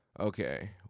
Okay